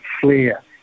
flair